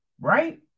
right